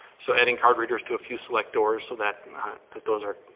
so adding card readers to a few select doors so that that those are